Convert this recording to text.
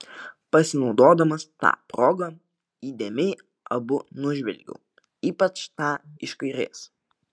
pasinaudodamas ta proga įdėmiai abu nužvelgiau ypač tą iš kairės